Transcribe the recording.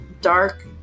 Dark